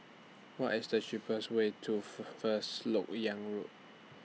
What IS The cheapest Way to First Lok Yang Road